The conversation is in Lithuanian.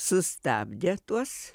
sustabdė tuos